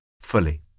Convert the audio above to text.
fully